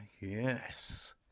yes